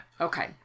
Okay